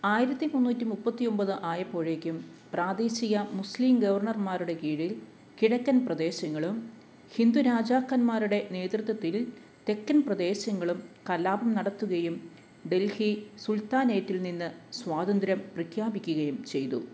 ആയിരത്തി മുന്നൂറ്റി മുപ്പത്തി ഒൻപത് ആയപ്പോഴേക്കും പ്രാദേശിക മുസ്ലിം ഗവർണർമാരുടെ കീഴിൽ കിഴക്കൻ പ്രദേശങ്ങളും ഹിന്ദു രാജാക്കന്മാരുടെ നേതൃത്വത്തിൽ തെക്കൻ പ്രദേശങ്ങളും കലാപം നടത്തുകയും ഡൽഹി സുൽത്താനേറ്റിൽ നിന്ന് സ്വാതന്ത്ര്യം പ്രഖ്യാപിക്കുകയും ചെയ്തു